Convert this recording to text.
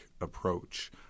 approach